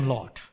Lord